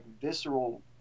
visceral